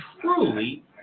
truly